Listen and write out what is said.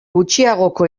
gutxiagoko